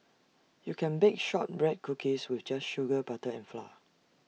you can bake Shortbread Cookies with just sugar butter and flour